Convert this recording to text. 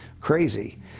Crazy